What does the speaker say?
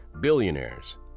billionaires